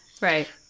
Right